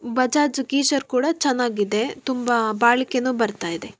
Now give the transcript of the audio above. Bajaj geyser ಕೂಡ ಚೆನ್ನಾಗಿದೆ ತುಂಬ ಬಾಳಿಕೆಯೂ ಬರ್ತಾ ಇದೆ